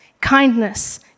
kindness